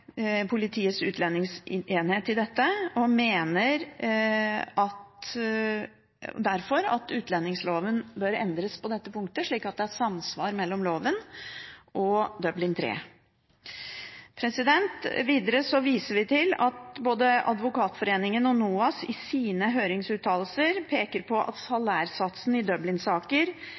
Politiets utlendingsenhet i dette og mener derfor at utlendingsloven bør endres på dette punktet, slik at det er samsvar mellom loven og Dublin III. Videre viser vi til at både Advokatforeningen og NOAS i sine høringsuttalelser peker på at salærsatsen i